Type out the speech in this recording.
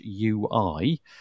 ui